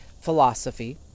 philosophy